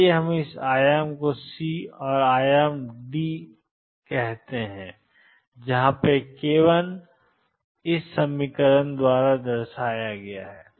आइए हम इस आयाम को C और आयाम D भी कहते हैं